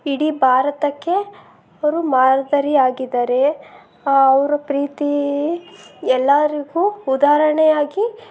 ಇಡೀ ಭಾರತಕ್ಕೆ ಅವರು ಮಾದರಿಯಾಗಿದ್ದಾರೆ ಅವ್ರ ಪ್ರೀತಿ ಎಲ್ಲರಿಗೂ ಉದಾಹರಣೆಯಾಗಿ